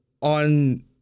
on